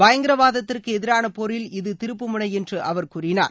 பயங்கரவாதத்திற்கு எதிரான போரில் இது திருப்பு முனை என்று அவர் கூறினார்